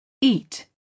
Eat